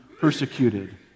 persecuted